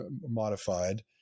modified